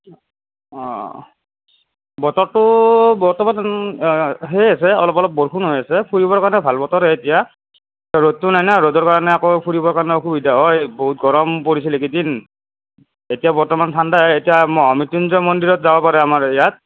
অঁ বতৰটো বৰ্তমান সেই হৈছে অলপ অলপ বৰষষুণ হৈ আছে ফুৰিবৰ কাৰণে ভাল বতৰেই এতিয়া ৰ'দটো নাই না ৰ'দৰ কাৰণে আকৌ ফুৰিবৰ কাৰণে অসুবিধা হয় বহুত গৰম পৰিছিল এইকেইদিন এতিয়া বৰ্তমান ঠাণ্ডা এতিয়া মহা মৃত্যুঞ্জয় মন্দিৰত যাব পাৰে আমাৰ ইয়াত